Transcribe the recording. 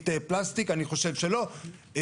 זו אריזת שירות שמשלמים עליהן.